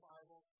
Bible